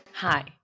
Hi